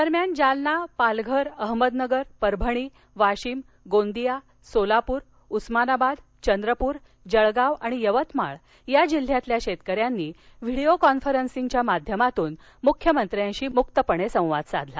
दरम्यान जालना पालघर अहमदनगर परभणी वाशिम गोंदिया सोलापूर उस्मानाबाद चंद्रपूर जळगाव आणि यवतमाळ या जिल्ह्यातील शेतकऱ्यांनी व्हिडिओ कॉन्फरन्सिगच्या माध्यमातून मुख्यमंत्र्यांशी मुक्तपणे संवाद साधला